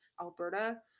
Alberta